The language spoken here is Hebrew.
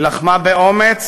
היא לחמה באומץ